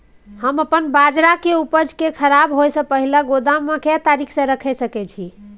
हम अपन बाजरा के उपज के खराब होय से पहिले गोदाम में के तरीका से रैख सके छी?